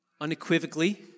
unequivocally